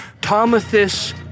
Thomas